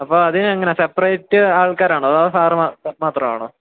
അപ്പം അതിന് എങ്ങനെ സെപ്പറേറ്റ് ആൾക്കാരാണോ അതോ സാറ് മാത്രം ആണോ